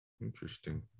Interesting